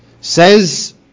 Says